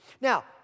Now